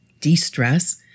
de-stress